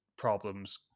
problems